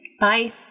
Bye